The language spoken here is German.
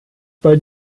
bei